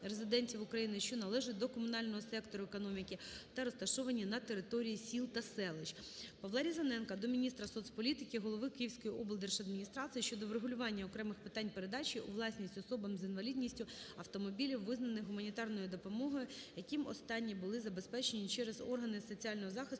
України, що належать до комунального сектору економіки та розташовані на території сіл та селищ. Павла Різаненка до міністра соцполітики України, голови Київської облдержадміністрації щодо врегулювання окремих питань передачі у власність особам з інвалідністю автомобілів визнаних гуманітарною допомогою, яким останні були забезпечені через органи соціального захисту